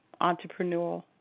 entrepreneurial